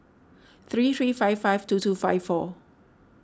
three three five five two two five four